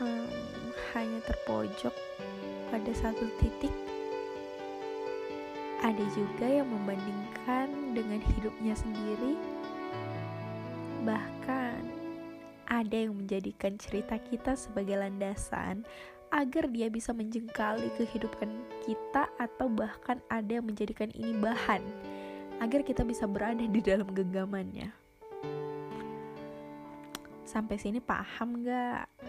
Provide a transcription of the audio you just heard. Em, hanya terpojok pada satu titik. Ada juga yang membandingkan dengan hidupnya sendiri. Bahkan, ada yang menjadikan cerita kita sebagai landasan agar dia bisa menjengkali kehidupan kita atau bahkan ada yang menjadikan ini bahan agar kita bisa berada di dalam genggamannya. Sampai sini paham nggak?